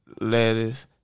lettuce